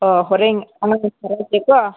ꯑꯣ ꯍꯣꯔꯦꯟ ꯑꯉꯥꯡ ꯊꯥꯔꯛꯀꯦ ꯀꯣ